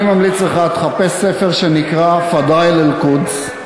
אני ממליץ לך לחפש ספר שנקרא "פדאיל אלקודס".